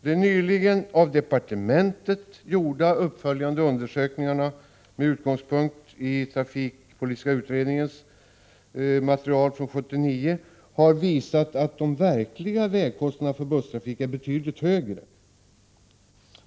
De nyligen av departementet gjorda uppföljande undersökningarna, med utgångspunkt i trafikpolitiska utredningens material från 1979, har visat att de verkliga vägkostnaderna för busstrafik är betydligt högre.